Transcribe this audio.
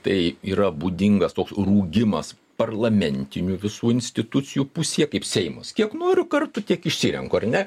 tai yra būdingas toks rūgimas parlamentinių visų institucijų pusėje kaip seimas kiek noriu kartų tiek išsirenku ar ne